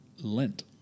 Lent